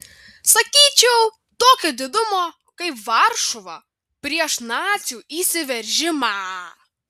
sakyčiau tokio didumo kaip varšuva prieš nacių įsiveržimą